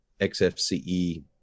xfce